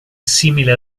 simile